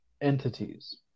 entities